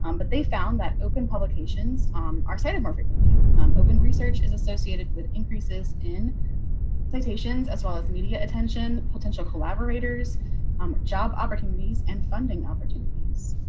um but they found that open publications on our side of more frequently open research is associated with increases in citations as well as media attention potential collaborators um job opportunities and funding opportunities.